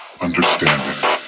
understanding